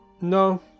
No